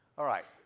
all right,